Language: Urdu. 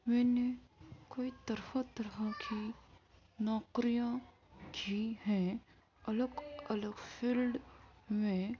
میں نے کئی طرح طرح کی نوکریاں کی ہیں الگ الگ فیلڈ میں